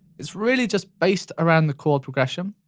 it's really just based around the chord progression.